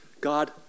God